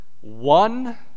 One